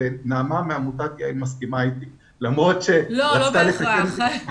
ונעמה מעמותת יה"ל מסכימה איתי למרות שרצתה לתקן אותי -- לא,